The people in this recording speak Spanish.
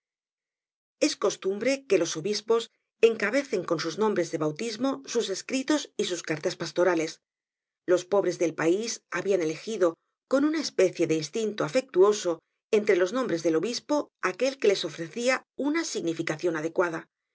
es costumbre que los obispos encabecen con sus nombres de bautismo sus escritos y cartas pastorales los pobres del pais habian elegido con una especie de instinto afectuoso entre los nombres del obispo aquel que les ofrecia una significacion adecuada